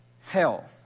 Hell